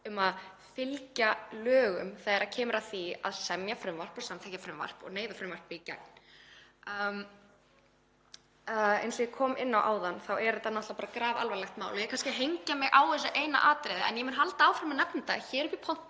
um að fylgja lögum þegar kemur að því að semja frumvarp og samþykkja frumvarp og neyða frumvarp í gegn. Eins og ég kom inn á áðan þá er þetta grafalvarlegt mál. Ég er kannski að hengja mig á þessu eina atriði en ég mun halda áfram að nefna þetta